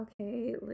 okay